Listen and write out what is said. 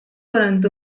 durante